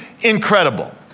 incredible